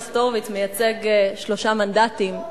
רק נזכור שחבר הכנסת הורוביץ מייצג שלושה מנדטים,